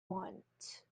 want